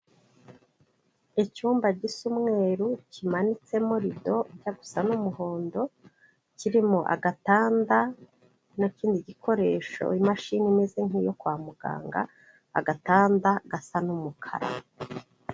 Icyumba gisa umweruru kimanitsemo rido ijya gusa n'umuhondo, kirimo agatanda n'ikindi gikoresho imashini imeze nk'iyo kwa muganga, agatanda gasa n'umukara.